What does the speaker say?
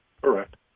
Correct